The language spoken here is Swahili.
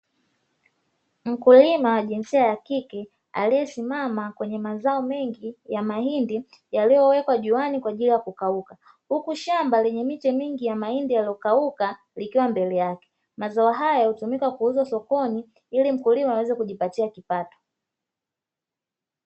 Mkulima wa jinsia ya kike, aliyesimama kwenye mazao mengi ya mahindi yaliyowekwa juani kwa ajili ya kukauka, huku shamba lenye miche mingi ya mahindi yaliyokauka yakiwa mbele yake. Mazao haya hutumika kuuza sokoni ili mkulima aweze kujipatia kipato.